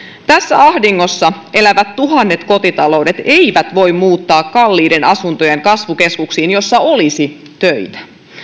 tässä ahdingossa elävät tuhannet kotitaloudet eivät voi muuttaa kalliiden asuntojen kasvukeskuksiin joissa olisi töitä